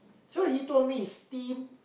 so he told me steam